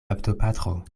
baptopatro